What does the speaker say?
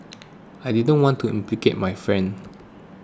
I didn't want to implicate my friend